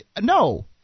No